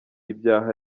ibyaha